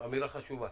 אמירה חשובה.